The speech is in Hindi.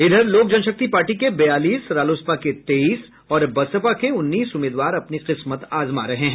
इधर लोक जनशक्ति पार्टी के बयालीस रालोसपा के तेईस और बसपा के उन्नीस उम्मीदवार अपनी किस्मत आजमा रहे हैं